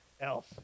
else